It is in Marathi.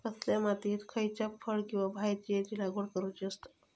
कसल्या मातीयेत खयच्या फळ किंवा भाजीयेंची लागवड करुची असता?